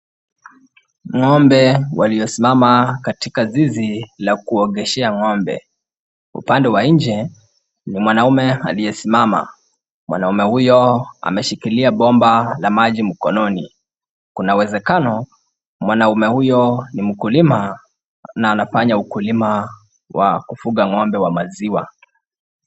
Ng'ombe waliosimama katika zizi la kuogeshea ng'ombe. Upande wa nje ni mwanaume aliyesimama. Mwanaume huyo ameshikilia bomba la maji mkononi. Kuna uwezekano mwanaume huyo ni mkulima na anafanya ukulima wa kufuga ng'ombe wa maziwa.